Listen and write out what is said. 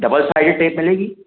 double sided tape मिलेगा